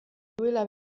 duela